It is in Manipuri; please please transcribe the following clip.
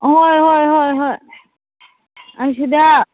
ꯍꯣꯏ ꯍꯣꯏ ꯍꯣꯏ ꯍꯣꯏ ꯑꯁꯤꯗ